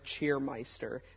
cheermeister